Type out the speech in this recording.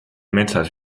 metsas